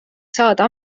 saada